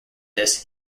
this